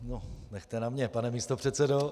No, nechte na mě, pane místopředsedo!